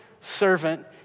servant